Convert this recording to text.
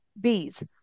Bees